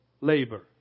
labor